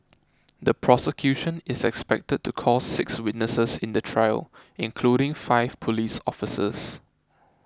the prosecution is expected to call six witnesses in the trial including five police officers